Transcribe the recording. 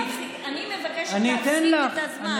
אני מבקשת שתחזיר לי את הזמן.